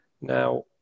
Now